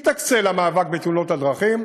תקצה למאבק בתאונות הדרכים